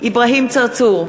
אברהים צרצור,